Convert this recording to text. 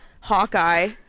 Hawkeye